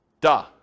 duh